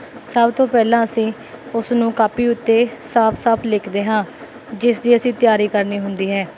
ਸਭ ਤੋਂ ਪਹਿਲਾਂ ਅਸੀਂ ਉਸਨੂੰ ਕਾਪੀ ਉੱਤੇ ਸਾਫ਼ ਸਾਫ਼ ਲਿਖਦੇ ਹਾਂ ਜਿਸਦੀ ਅਸੀਂ ਤਿਆਰੀ ਕਰਨੀ ਹੁੰਦੀ ਹੈ